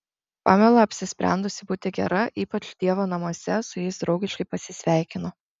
pamela apsisprendusi būti gera ypač dievo namuose su jais draugiškai pasisveikino